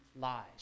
lies